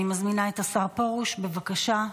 אני מזמינה את השר פרוש, בבקשה.